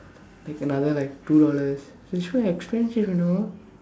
like another like two dollars which was expensive you know